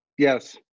Yes